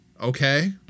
Okay